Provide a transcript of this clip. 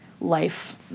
life